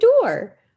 door